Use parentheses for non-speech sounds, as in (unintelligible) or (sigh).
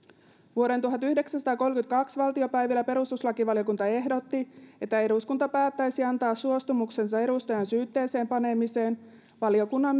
vuoden tuhatyhdeksänsataakolmekymmentäkaksi valtiopäivillä perustuslakivaliokunta ehdotti että eduskunta päättäisi antaa suostumuksensa edustajan syytteeseen panemiseen valiokunnan (unintelligible)